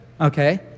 Okay